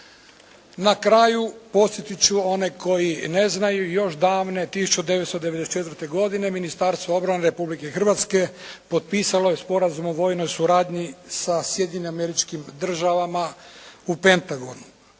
Na kraju podsjetit ću one koji ne znaju, još davne 1994. godine Ministarstvo obrane Republike Hrvatske potpisalo je Sporazum o vojnoj suradnji sa Sjedinjenim Američkim Državama u Pentagonu.